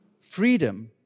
freedom